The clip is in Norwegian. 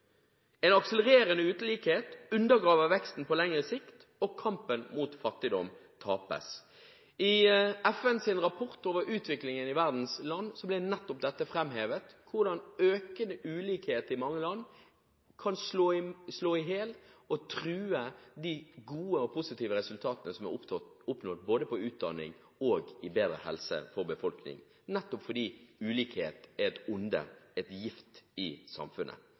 En akselererende ulikhet undergraver veksten på lengre sikt, og kampen mot fattigdom tapes. I FNs rapport over utviklingen i verdens land blir nettopp dette framhevet – hvordan økende ulikhet i mange land kan slå i hjel og true de gode og positive resultatene som er oppnådd, både innen utdanning og bedre helse for befolkningen, nettopp fordi ulikhet er et onde, en gift i samfunnet.